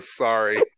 sorry